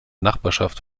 nachbarschaft